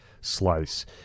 slice